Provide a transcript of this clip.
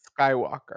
Skywalker